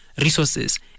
resources